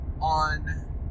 on